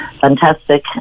fantastic